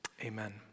Amen